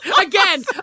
Again